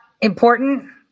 important